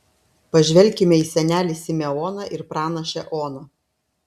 pažvelkime į senelį simeoną ir pranašę oną